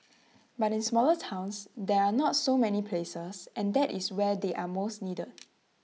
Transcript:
but in smaller towns there are not so many places and that is where they are most needed